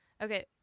okay